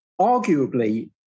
arguably